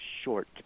short